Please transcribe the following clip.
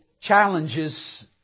challenges